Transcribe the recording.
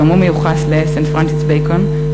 גם הוא מיוחס לפרנסיס בייקון,